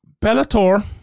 Bellator